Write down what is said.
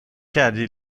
کردی